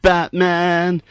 Batman